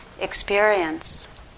experience